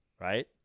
right